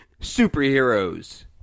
superheroes